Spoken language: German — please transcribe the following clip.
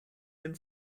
den